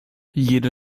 jede